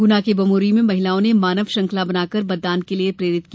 गुना के बमोरी में महिलाओं ने मानव श्रृंखला बनाकर मतदान के लिए प्रेरित किया